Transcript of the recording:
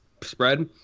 spread